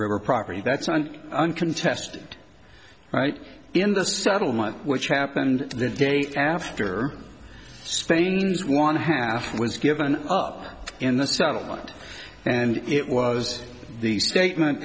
newer property that's an uncontested right in the settlement which happened the day after spain's one half was given up in the settlement and it was the statement